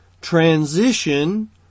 transition